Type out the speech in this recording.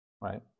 right